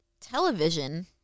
television